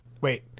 Wait